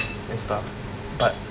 and stuff but